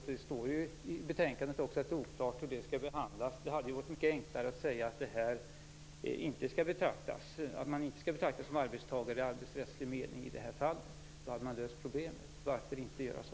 Hur detta skall behandlas är ju ganska oklart skrivet i betänkandet. Det hade varit enklare att säga att hyresgäster i det här fallet inte skall betraktas som arbetstagare i arbetsrättslig mening. Då hade man löst problemet. Varför inte göra så?